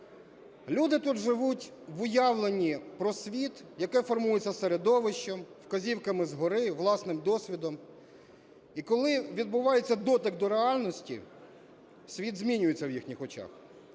Люди тут живуть в уявленні про світ, яке формується середовищем, вказівками згори, власним досвідом. І коли відбувається дотик до реальності, світ змінюється в їх очах.